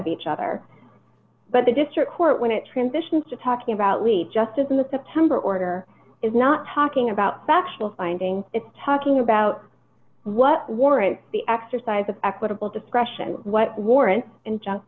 of each other but the district court when it transitions to talking about lead justice in the september order is not talking about factual finding it's talking about what warrant the exercise of equitable discretion what warrant injun